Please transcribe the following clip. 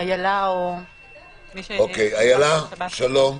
איילה או נציג של שב"ס --- אוקיי, איילה, שלום.